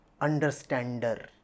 Understander